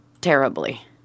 terribly